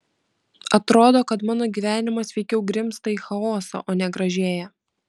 atrodo kad mano gyvenimas veikiau grimzta į chaosą o ne gražėja